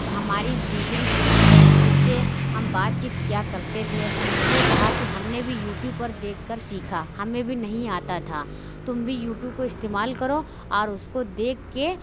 تو ہماری دوسری فرینڈ جس سے ہم بات چیت کیا کرتے تھے اُس نے کہا کہ ہم نے بھی یوٹیوب پر دیکھ کر سیکھا ہمیں بھی نہیں آتا تھا تم بھی یوٹو کو استعمال کرو اور اُس کو دیکھ کے